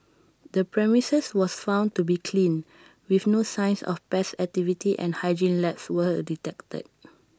the premises was found to be clean with no signs of best activity and hygiene lapse were detected